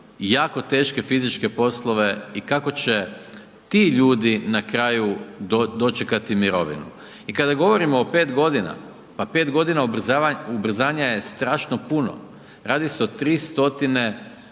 jako teške fizičke poslove i kako će ti ljudi na kraju dočekati mirovinu. I kada govorimo o 5 godina, pa 5 godina ubrzanja je strašno puno. Radi se o 3 stotine